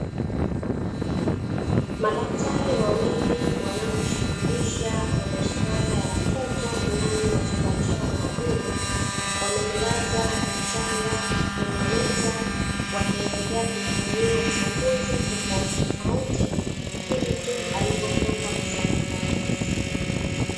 Madaktari wawili wanaojishughulisha na maswala ya watoto ndani ya chumba chao maalumu, wamemlaza mchanga kwenye meza, wakiendelea kumfanyia uchunguzi tofautitofauti, pindi tu alipotoka kuzaliwa.